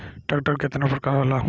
Tractor के केतना प्रकार होला?